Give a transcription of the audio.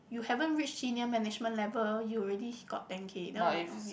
you haven't reach senior management level you already got ten K then was like okay